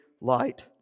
light